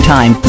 Time